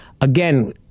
Again